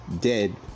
dead